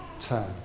turn